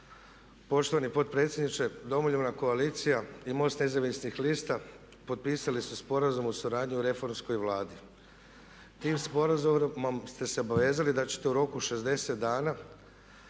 Poštovani potpredsjedniče, Domoljubna koalicija i MOST nezavisnih lista potpisali su Sporazum o suradnji o reformskoj Vladi. Tim sporazumom ste se obvezali da ćete u roku 60 dana